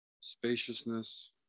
spaciousness